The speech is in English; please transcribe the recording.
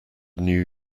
new